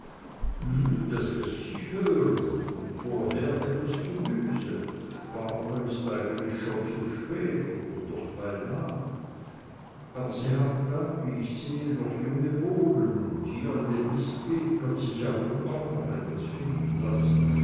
das läßt sich hören und vorher etwas gemüse spargel ist schon eigentlich zu spät oder doch beinah aber sie haben da wie ich sehe noch junge bohnen und hier in dem mistbeet wird sich ja wohl auch noch etwas finden lassen